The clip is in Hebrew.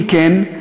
אם כן,